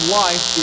life